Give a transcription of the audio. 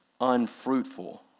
unfruitful